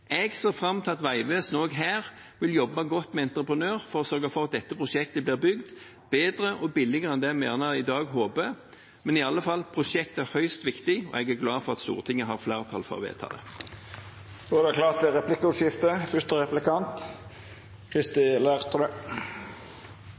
Jeg ser fram til at Vegvesenet også her vil jobbe godt med entreprenør for å sørge for at dette prosjektet blir bygd bedre og billigere enn det vi gjerne i dag håper, men i alle fall: Prosjektet er høyst viktig, og jeg er glad for at Stortinget har flertall for å vedta det. Det vert replikkordskifte.